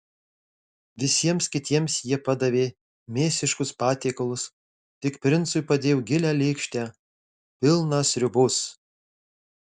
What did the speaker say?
visiems kitiems jie padavė mėsiškus patiekalus tik princui padėjo gilią lėkštę pilną sriubos